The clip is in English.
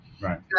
right